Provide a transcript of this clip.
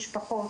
משפחות